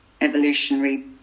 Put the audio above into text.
evolutionary